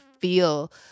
feel